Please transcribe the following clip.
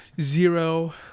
zero